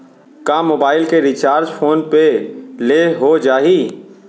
का मोबाइल के recharge PhonePe ले हो जाही?